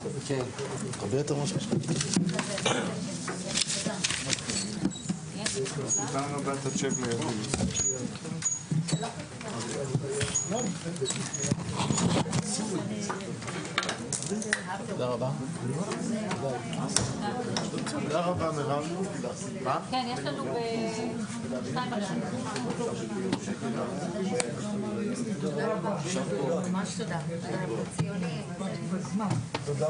13:04.